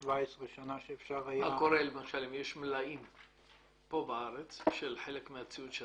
2017 --- מה קורה למשל אם יש מלאים פה בארץ של חלק מהציוד?